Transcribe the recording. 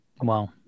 Wow